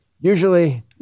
Usually